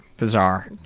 bizarre.